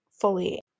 fully